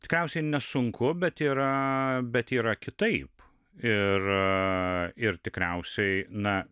tikriausiai nesunku bet yra bet yra kitaip ir ir tikriausiai na